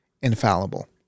infallible